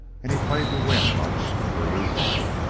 and he played to win much or lose all.